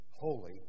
holy